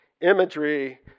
imagery